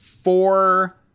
Four